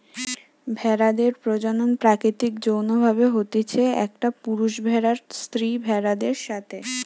ভেড়াদের প্রজনন প্রাকৃতিক যৌন্য ভাবে হতিছে, একটা পুরুষ ভেড়ার স্ত্রী ভেড়াদের সাথে